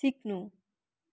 सिक्नु